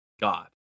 God